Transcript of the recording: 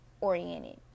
Oriented